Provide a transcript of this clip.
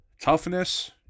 Toughness